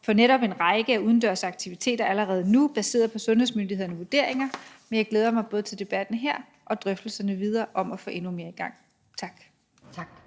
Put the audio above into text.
for netop en række udendørs aktiviteter allerede nu baseret på sundhedsmyndighedernes vurderinger. Men jeg glæder mig både til debatten her og drøftelserne videre om at få endnu mere i gang. Tak.